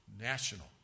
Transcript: national